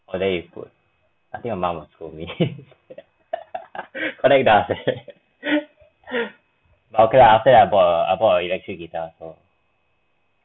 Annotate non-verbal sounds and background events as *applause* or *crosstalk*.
or there you put I think my mum will scold me *laughs* collect dust leh but okay lah after that I bought a I bought a electric guitar so